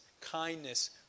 kindness